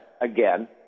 again